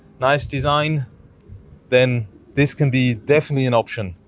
nice design then this can be definitely an option